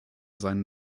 seinen